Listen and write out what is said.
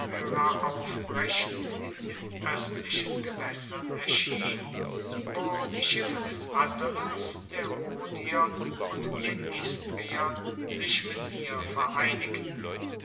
aufbrechend in den oestlichen gewaessern erschien wo die schiffe des attalos der rhodier und der istrier sich mit ihr vereinigten